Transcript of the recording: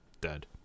dead